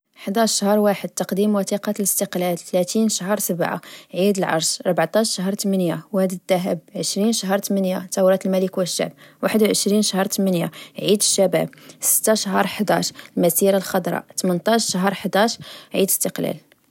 حضاش شهر واحد: تقديم وتيقة الإستقلال تلاتين شهر سبعة: عيد العرش ربعطاش شهر تمنية: واد الدهب عشرين شهر تمنية: تورة الملك و الشعب واحد وعشرين شهر تمنية: عيد الشباب ستا شهر حضاش: المسيرة الخضرا تمنطاش شهر حضاش: عيد ستقلال